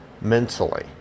mentally